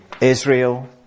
Israel